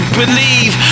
believe